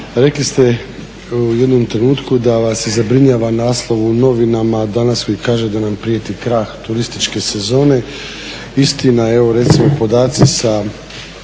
rekli ste u jednom trenutku da vas zabrinjava naslova u novinama danas koji kaže da nam prijeti krah turističke sezone. Istina, evo recimo podaci sa